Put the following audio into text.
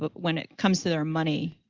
but when it comes to their money,